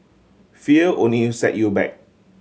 fear only set you back